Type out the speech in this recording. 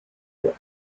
the